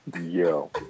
Yo